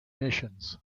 missions